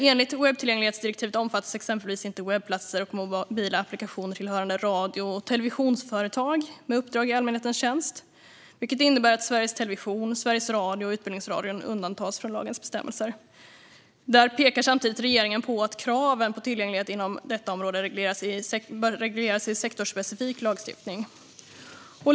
Enligt webbtillgänglighetsdirektivet omfattas exempelvis inte webbplatser och mobila applikationer tillhörande radio och televisionsföretag med uppdrag i allmänhetens tjänst, vilket innebär att Sveriges Television, Sveriges Radio och Utbildningsradion undantas från lagens bestämmelser. Regeringen pekar samtidigt på att kraven på tillgänglighet inom detta område bör regleras i sektorsspecifik lagstiftning.